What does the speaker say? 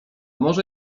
może